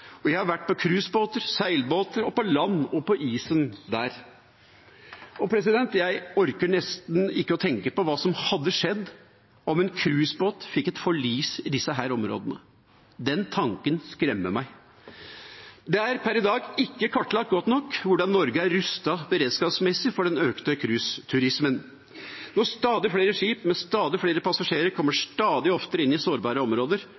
og jeg har vært på cruisebåter, seilbåter, på land og på isen der. Jeg orker nesten ikke å tenke på hva som hadde skjedd om en cruisebåt fikk et forlis i disse områdene. Den tanken skremmer meg. Det er per i dag ikke kartlagt godt nok hvordan Norge er rustet beredskapsmessig for den økte cruiseturismen. Når stadig flere skip med stadig flere passasjerer kommer stadig oftere inn i sårbare områder,